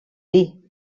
dir